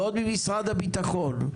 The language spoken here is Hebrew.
ועוד ממשרד הביטחון,